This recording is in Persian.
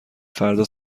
فردا